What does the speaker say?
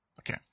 Okay